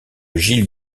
giles